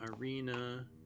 Arena